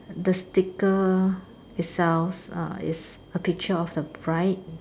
the sticker itself uh is a picture of a bride